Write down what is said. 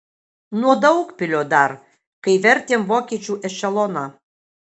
nuo daugpilio dar kai vertėm vokiečių ešeloną